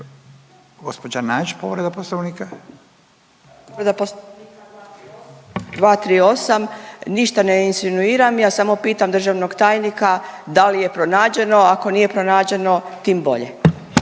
Vesna (Socijaldemokrati)** Povreda poslovnika 238., ništa ne insinuiram ja samo pitam državnog tajnika da li je pronađeno, ako nije pronađeno tim bolje.